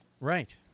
Right